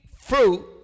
fruit